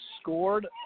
scored